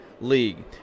League